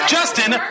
Justin